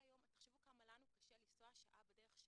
תחשבו כמה לנו קשה לנסוע שעה בדרך.